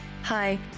Hi